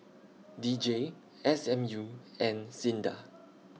D J S M U and SINDA